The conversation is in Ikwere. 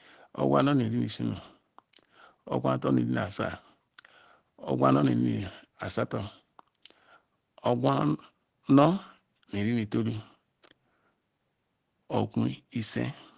Ogwu-ano ni iri ni isuru ogwu-ano ni lri ni asa-sto ogwu-ann-ni-ri-ni-ito-ol ogwu-ise.